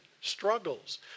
struggles